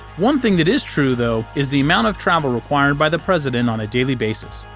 one thing that is true, though, is the amount of travel required by the president on a daily basis.